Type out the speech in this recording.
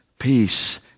Peace